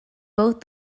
both